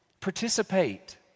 Participate